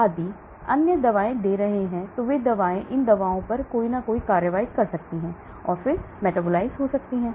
यदि आप अन्य दवाएं दे रहे हैं तो वे दवाएं इन दवाओं पर कार्रवाई कर सकती हैं और फिर मेटाबोलाइज़ हो सकती हैं